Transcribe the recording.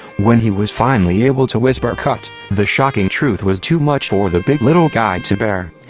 when he was finally able to whisper cut, the shocking truth was too much for the big little guy to bear.